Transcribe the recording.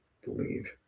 Believe